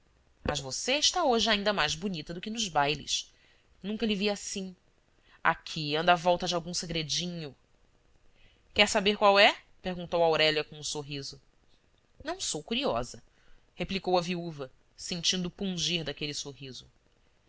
mas você está hoje ainda mais bonita do que nos bailes nunca lhe vi assim aqui anda volta de algum segredinho quer saber qual é perguntou aurélia com um sorriso não sou curiosa replicou a viúva sentindo o pungir daquele sorriso